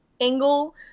angle